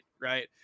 right